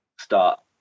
start